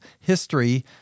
history